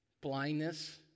Blindness